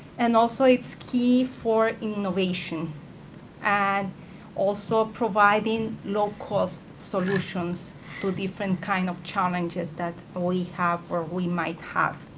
and also, it's key for innovation and also providing low-cost solutions to different kind of challenges that we have or we might have.